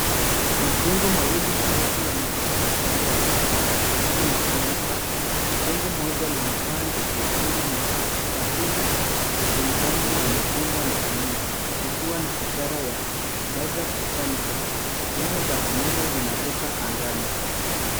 Majengo mawili marefu yamejipanga kando ya barabara, chini ya anga safi. Jengo moja lina paa jekundu na la pili lina rangi ya machungwa na bluu likiwa na ishara ya Daja Furniture . Nyaya za umeme zinavuka angani.